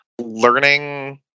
Learning